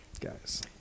Guys